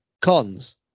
Cons